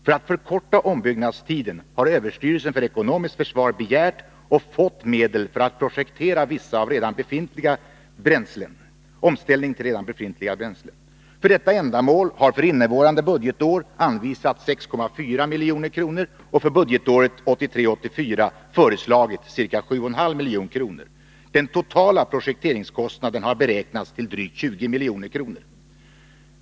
För att förkorta ombyggnadstiden har överstyrelsen för ekonomiskt försvar begärt och fått medel för att projektera vissa av redan befintliga fjärrvärmeverk'i Sverige för omställning till inhemska bränslen. För detta ändamål har för innevarande budgetår anvisats 6,4 milj.kr. och för budgetåret 1983/84 föreslagits ca 7,5 milj.kr. Den totala projekteringskostnaden har beräknats till drygt 20 milj.kr.